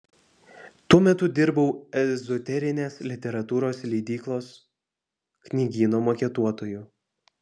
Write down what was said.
tuo metu dirbau ezoterinės literatūros leidyklos knygyno maketuotoju